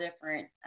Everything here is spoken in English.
different